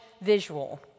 visual